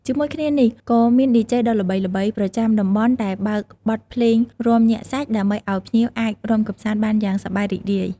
ជាមួយគ្នានេះ ក៏មាន ឌីជេ ដ៏ល្បីៗប្រចាំតំបន់ដែលបើកបទភ្លេងរាំញាក់សាច់ ដើម្បីឲ្យភ្ញៀវអាចរាំកម្សាន្តបានយ៉ាងសប្បាយរីករាយ។